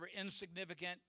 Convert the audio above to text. insignificant